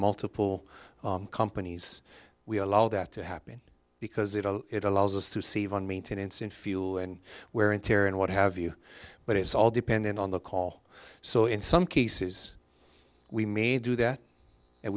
multiple companies we allow that to happen because it allows us to save on maintenance and fuel and wear and tear and what have you but it's all dependent on the call so in some cases we may do that and